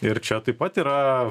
ir čia taip pat yra